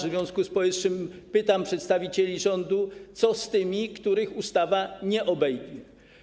W związku z powyższym pytam przedstawicieli rządu o to, co z tymi, których ustawa nie obejmie.